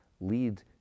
lead